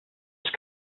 west